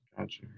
Gotcha